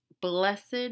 blessed